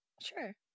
Sure